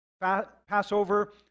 Passover